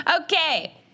Okay